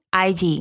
IG